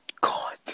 God